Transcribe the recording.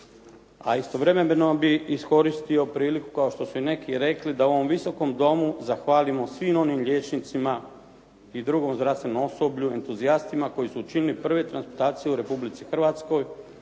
A istovremeno bi iskoristio priliku, kao što su i neki rekli, da u ovom Visokom domu zahvalimo svim onim liječnicima i drugom zdravstvenom osoblju, entuzijastima koji su učinili prve transplantacije u Republici Hrvatskoj.